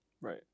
Right